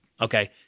okay